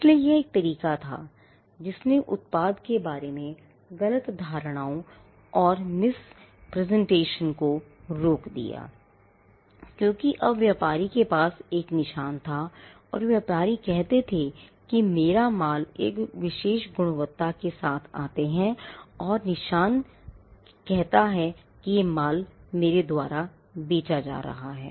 इसलिए यह एक तरीक़ा था जिसने उत्पाद के बारे में गलत धारणाओं और misrepresentations को रोक दिया क्योंकि अब व्यापारी के पास एक निशान था और व्यापारी कहते थे कि मेरा माल एक विशेष गुणवत्ता के साथ आते हैं और यह निशान कराता है माल कि मेरे द्वारा बेचा जा रहा है